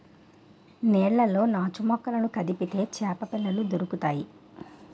నీళ్లలో నాచుమొక్కలను కదిపితే చేపపిల్లలు దొరుకుతాయి